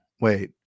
wait